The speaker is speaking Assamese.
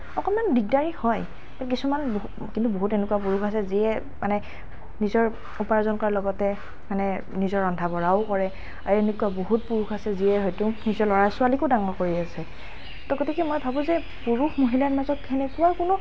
অকণমান দিগদাৰী হয় আৰু কিছুমান কিন্তু বহুত এনেকুৱা পুৰুষ আছে যিয়ে মানে নিজৰ উপাৰ্জন কৰাৰ লগতে মানে নিজৰ বন্ধা বঢ়াও কৰে আৰু এনেকুৱা বহুত পুৰুষ আছে যিয়ে হয়তো নিজৰ ল'ৰা ছোৱালীকো ডাঙৰ কৰি আছে তো গতিকে মই ভাবোঁ যে পুৰুষ মহিলাৰ মাজত সেনেকুৱা কোনো